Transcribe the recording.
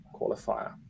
qualifier